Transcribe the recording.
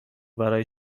برای